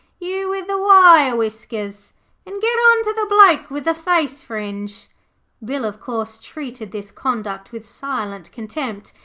you with the wire whiskers and get onter the bloke with the face fringe bill, of course, treated this conduct with silent contempt.